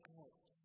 out